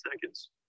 seconds